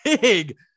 big